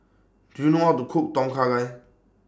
Do YOU know How to Cook Tom Kha Gai